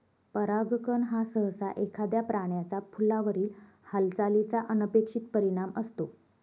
परागकण हा सहसा एखाद्या प्राण्याचा फुलावरील हालचालीचा अनपेक्षित परिणाम असतो